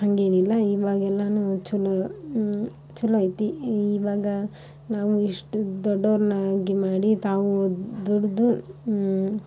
ಹಾಗೇನಿಲ್ಲ ಇವಾಗ ಎಲ್ಲವೂ ಛಲೋ ಛಲೋ ಐತೆ ಇವಾಗ ನಾವು ಇಷ್ಟು ದೊಡ್ಡೋರನ್ನಾಗಿ ಮಾಡಿ ತಾವು ದುಡಿದು